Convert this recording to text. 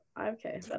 Okay